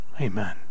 Amen